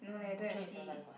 butcher is alive what